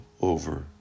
over